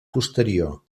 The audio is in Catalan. posterior